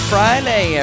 Friday